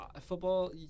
football